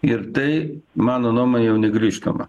ir tai mano nuomone jau negrįžtama